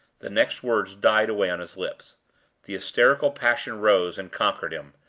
the next words died away on his lips the hysterical passion rose, and conquered him.